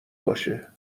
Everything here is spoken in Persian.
باشه